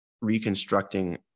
reconstructing